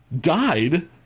died